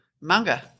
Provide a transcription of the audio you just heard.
Manga